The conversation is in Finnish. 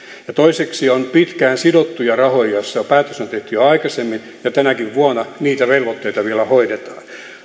ja toiseksi on pitkään sidottuja rahoja joista päätös on tehty jo aikaisemmin ja tänäkin vuonna niitä velvoitteita vielä hoidetaan